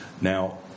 Now